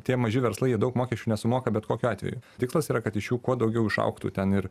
tie maži verslai jie daug mokesčių nesumoka bet kokiu atveju tikslas yra kad iš jų kuo daugiau išaugtų ten ir